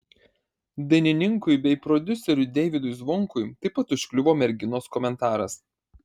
dainininkui bei prodiuseriui deivydui zvonkui taip pat užkliuvo merginos komentaras